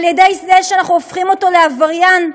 על-ידי זה שאנחנו הופכים אותו לעבריין,